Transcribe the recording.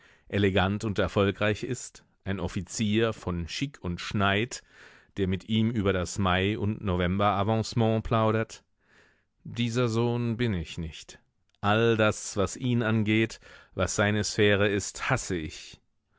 elegant und erfolgreich ist ein offizier von chic und schneid der mit ihm über das mai und novemberavancement plaudert dieser sohn bin ich nicht all das was ihn angeht was seine sphäre ist hasse ich